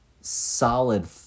solid